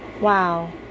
wow